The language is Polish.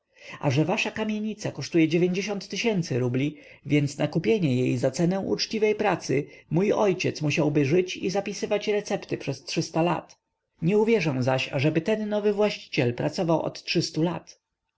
a że wasza kamienica kosztuje rubli więc na kupienie jej za cenę uczciwej pracy mój ojciec musiałby żyć i zapisywać recepty przez lat nie uwierzę zaś ażeby ten nowy właściciel pracował od trzystu lat